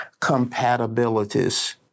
compatibilities